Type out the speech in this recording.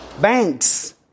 Banks